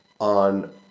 on